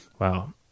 Wow